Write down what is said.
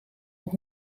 nog